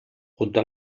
junto